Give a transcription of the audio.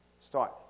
start